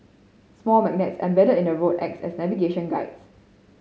small magnets embedded in the road act as navigation guides